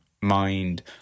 Mind